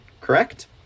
correct